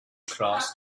cross